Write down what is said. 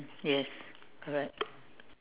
yes correct